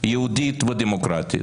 יהודית ודמוקרטית